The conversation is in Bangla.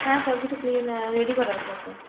হ্যাঁ সবকিছু ক্লিন রেডি করা আছে একদম